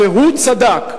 והוא צדק,